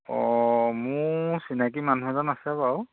অঁ মোৰ চিনাকি মানুহ এজন আছে বাৰু